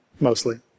mostly